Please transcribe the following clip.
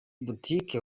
boutique